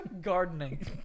Gardening